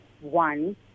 one